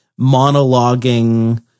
monologuing